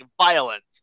violent